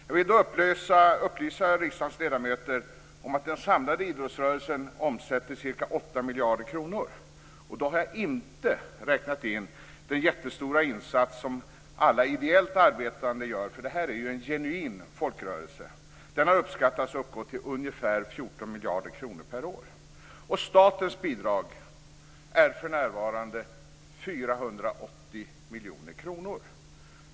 Jag vill då upplysa riksdagens ledamöter om att den samlade idrottsrörelsen omsätter ca 8 miljarder kronor. Då har jag inte räknat in den jättestora insats som alla ideellt arbetande gör. Det här är ju en genuin folkrörelse. Denna insats uppskattas uppgå till ungefär 14 miljarder kronor per år. Statens bidrag är för närvarande 480 miljoner kronor.